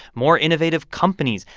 more innovative companies,